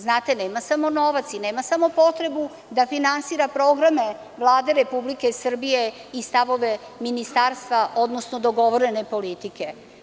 Nema samo novac i nema samo potrebu da finansira programe Vlade Republike Srbije i stavove Ministarstva, odnosno dogovorene politike.